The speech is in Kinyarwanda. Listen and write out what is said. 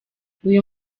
uyu